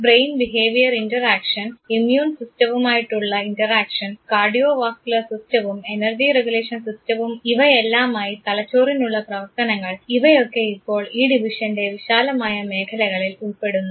brain behaviour interaction immune സിസ്റ്റവും ആയിട്ടുള്ള interaction cardiovascular സിസ്റ്റവും എനർജി റെഗുലേഷൻ സിസ്റ്റവും ഇവയെല്ലാമായി തലച്ചോറിന് ഉള്ള പ്രവർത്തനങ്ങൾ ഇവയൊക്കെ ഇപ്പോൾ ഈ ഡിവിഷൻറെ വിശാലമായ മേഖലകളിൽ ഉൾപ്പെടുന്നു